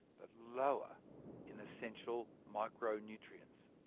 but lower in essential micronutrients.